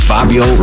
Fabio